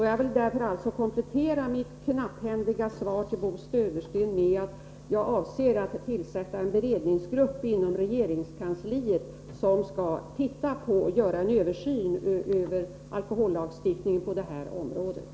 Jag vill därför komplettera mitt knapphändiga svar till Bo Södersten med att omtala att jag avser att tillsätta en beredningsgrupp inom regeringskansliet, som skall göra en översyn av alkohollagstiftningen i detta avseende.